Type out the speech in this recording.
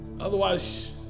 Otherwise